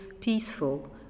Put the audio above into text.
peaceful